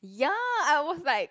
ya I was like